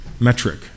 metric